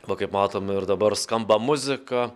va kaip matom ir dabar skamba muzika